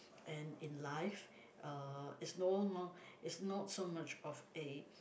and in life uh it's no long it's not so much of a